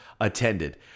attended